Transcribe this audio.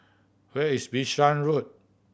where is Bishan Road